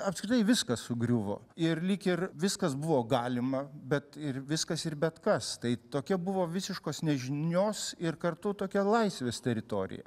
apskritai viskas sugriuvo ir lyg ir viskas buvo galima bet ir viskas ir bet kas tai tokia buvo visiškos nežinios ir kartu tokia laisvės teritorija